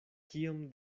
kiom